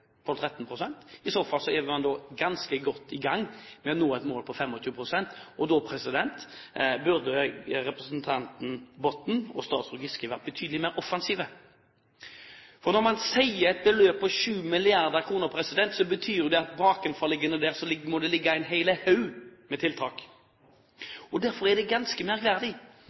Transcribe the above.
man ganske godt i gang med å nå et mål om 25 pst. Da burde representanten Botten og statsråd Giske vært betydelig mer offensive. For når man nevner et beløp på 7 mrd. kr, betyr det at det må være en hel haug med bakenforliggende tiltak. Derfor er det ganske